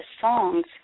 songs